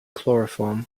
chloroform